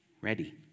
ready